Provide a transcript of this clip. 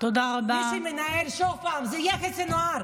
שוב פעם, מי שמנהל זה יחיא סנוואר.